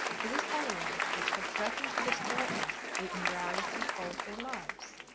to this avalanche, which had threatened to destroy us, we in reality owed our lives,